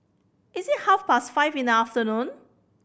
is it half past five in the afternoon